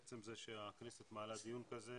עצם זה שהכנסת מעלה דיון כזה